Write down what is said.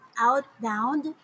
outbound